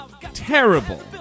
Terrible